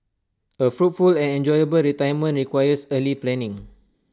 A fruitful and enjoyable retirement requires early planning